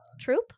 Troop